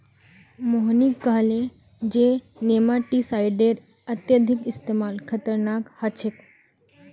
मोहिनी कहले जे नेमाटीसाइडेर अत्यधिक इस्तमाल खतरनाक ह छेक